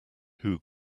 who